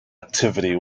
activity